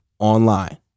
online